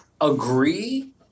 agree